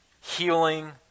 healing